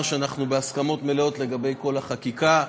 שאנחנו בהסכמות מלאות לגבי כל החקיקה,